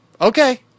Okay